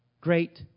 great